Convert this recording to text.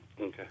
Okay